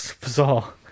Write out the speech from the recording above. Bizarre